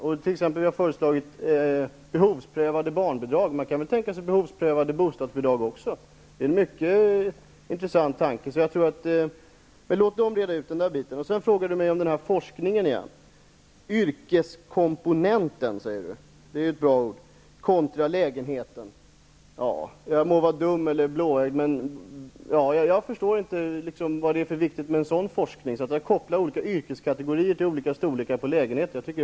Vi har t.ex. föreslagit behovsprövade barnbidrag, och man kan väl tänka sig även behovsprövade bostadsbidrag. Det är en mycket intressant tanke. Per Olof Håkansson frågar om forskningen igen och talar om yrkeskomponenten -- det är ett bra ord -- kontra lägenheten. Jag må vara dum eller blåögd, men jag förstår inte vad som är viktigt med en sådan forskning, dvs. att koppla olika yrkeskategorier till olika storlekar på lägenheter.